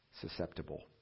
Susceptible